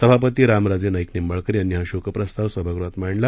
सभापती रामराजे नाईक निंबाळकर यांनी हा शोकप्रस्ताव सभागृहात मांडला